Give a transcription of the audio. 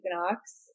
equinox